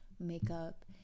Makeup